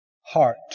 Heart